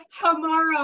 tomorrow